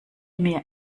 mir